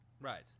Right